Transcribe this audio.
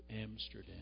Amsterdam